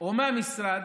או מהמשרד